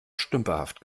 stümperhaft